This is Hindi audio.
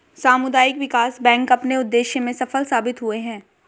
सामुदायिक विकास बैंक अपने उद्देश्य में सफल साबित हुए हैं